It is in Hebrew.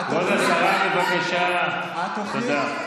הישיבה שלך בממשלה הזאת,